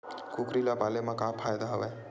कुकरी ल पाले म का फ़ायदा हवय?